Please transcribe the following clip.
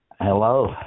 Hello